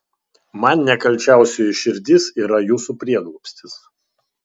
man nekalčiausioji širdis yra jūsų prieglobstis